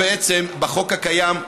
בחוק הקיים,